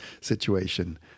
situation